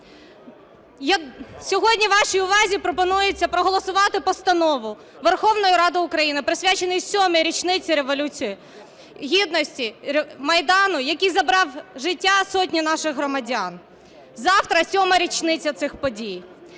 Сьогодні вашій увазі пропонується проголосувати Постанову Верховної Ради України, присвячену сьомій річниці Революції Гідності, Майдану, який забрав життя сотень наших громадян. Завтра сьома річниця цих подій.